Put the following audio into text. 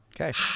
Okay